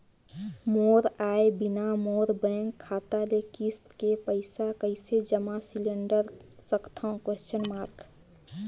मोर आय बिना मोर बैंक खाता ले किस्त के पईसा कइसे जमा सिलेंडर सकथव?